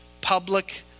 public